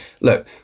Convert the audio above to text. look